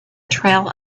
trail